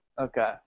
Okay